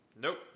Nope